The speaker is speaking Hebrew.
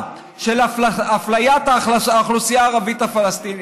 של אפליית האוכלוסייה הערבית הפלסטינית.